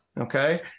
okay